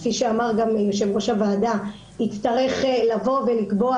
כפי שאמר גם יושב-ראש הוועדה יצטרך לבוא ולקבוע